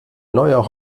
neuer